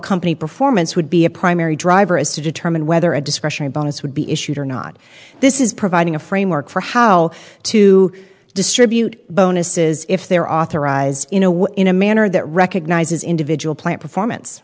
company performance would be a primary driver is to determine whether a discretionary bonus would be issued or not this is providing a framework for how to distribute bonuses if they're authorized in a way in a manner that recognizes individual plant performance